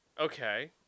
okay